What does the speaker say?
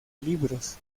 libros